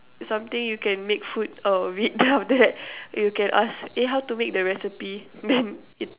something you can make food out of it then after that you can ask eh how to make the recipe then it